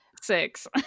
six